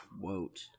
quote